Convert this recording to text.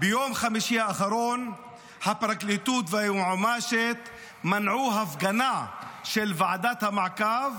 ביום חמישי האחרון הפרקליטות והיועמ"שית מנעו הפגנה של ועדת המעקב